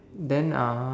then uh